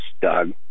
Doug